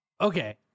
Okay